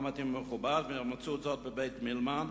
מתאים ומכובד ומצאו זאת בבית-מילמן,